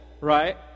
right